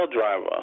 driver